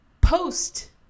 post